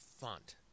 font